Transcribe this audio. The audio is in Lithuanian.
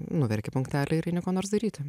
nuverki punktelį ir eini ko nors daryti